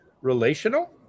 relational